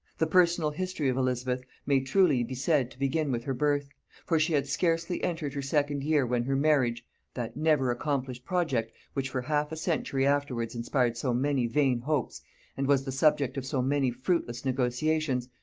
the personal history of elizabeth may truly be said to begin with her birth for she had scarcely entered her second year when her marriage that never-accomplished project, which for half a century afterwards inspired so many vain hopes and was the subject of so many fruitless negotiations,